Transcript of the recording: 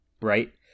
right